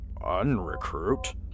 unrecruit